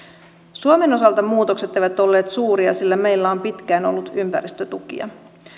suomen osalta muutokset eivät olleet suuria sillä meillä on pitkään ollut ympäristötukia